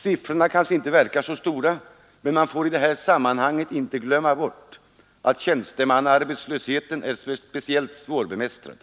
Siffrorna kanske inte verkar så stora, men man får i det här sammanhanget inte glömma bort att tjänstemannaarbetslösheten är speciellt svårbemästrad.